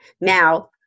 Now